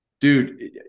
dude